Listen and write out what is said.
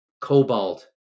cobalt